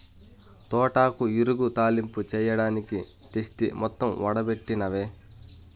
తోటాకు ఇగురు, తాలింపు చెయ్యడానికి తెస్తి మొత్తం ఓడబెట్టినవే